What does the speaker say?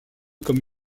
comme